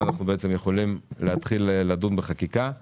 (תיקון מס'